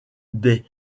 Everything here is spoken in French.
des